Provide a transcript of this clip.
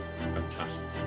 Fantastic